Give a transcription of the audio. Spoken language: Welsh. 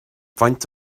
faint